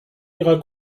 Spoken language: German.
ihrer